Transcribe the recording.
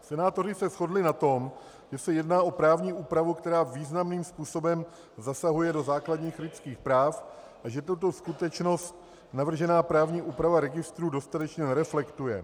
Senátoři se shodli na tom, že se jedná o právní úpravu, která významným způsobem zasahuje do základních lidských práv, a že tuto skutečnost navržená právní úprava registrů dostatečně nereflektuje.